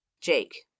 Jake